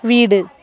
வீடு